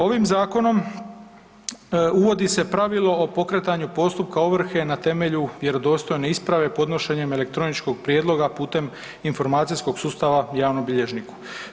Ovim zakonom uvodi se pravilo o pokretanju postupka ovrhe na temelju vjerodostojne isprave podnošenjem elektroničkog prijedloga putem informacijskog sustava javnom bilježniku.